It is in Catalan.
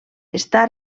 està